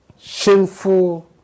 shameful